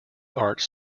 arts